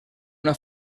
una